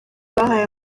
bahaye